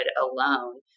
alone